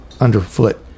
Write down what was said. underfoot